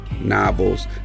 novels